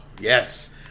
yes